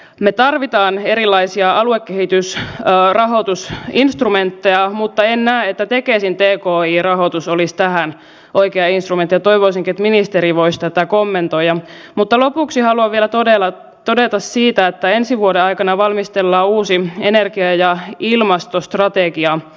minä esittäisinkin että erityisesti kun tämän soten yhteydessä nyt tätä icttä ryhdytään suunnittelemaan niin tehtäisiin siellä todellakin sentyyppistä tietotekniikkatyötä että se vaikuttaisi näihin terveydenhuollon ja sosiaalitoimen prosesseihin jotka edelleen tänä päivänä ovat samalla tasolla kuin hippokrateen aikana